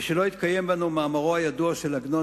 ושלא יתקיים בנו מאמרו הידוע של עגנון,